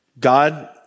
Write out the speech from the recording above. God